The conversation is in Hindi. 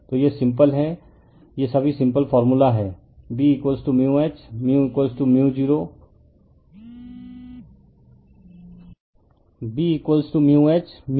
तो यह सिंपल है ये सभी सिंपल फार्मूला हैं B H 0 r और B A